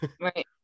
right